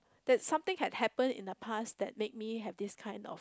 that's something had happened in the past that make me have this kind of